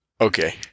Okay